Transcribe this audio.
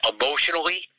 emotionally